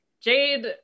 Jade